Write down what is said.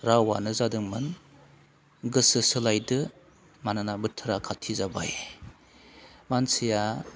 रावानो जादोंमोन गोसो सोलायदो मानोना बोथोरा खाथि जाबाय मानसिया